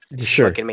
Sure